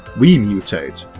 we mutate,